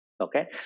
Okay